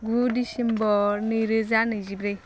गु डिसेम्बर नै रोजा नैजिब्रै